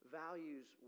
values